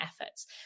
efforts